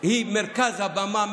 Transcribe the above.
וטובתו של הילד הם מרכז הבמה,